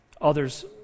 others